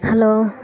hello